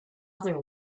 other